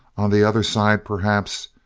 on the other side perhaps,